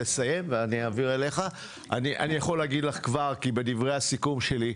יכול כבר להגיד לך את דברי הסיכום שלי.